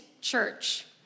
church